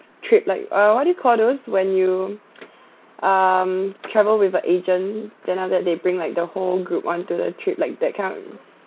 trip like uh what do you call those when you um travel with a agent then after that they bring like the whole group on to the trip like that kind